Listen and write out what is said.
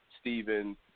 Stephen